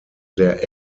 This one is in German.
der